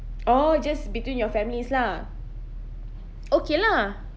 oh just between your families lah okay lah